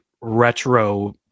retro